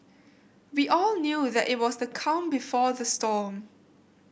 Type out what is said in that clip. we all knew that it was the calm before the storm